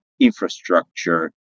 infrastructure